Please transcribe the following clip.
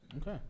Okay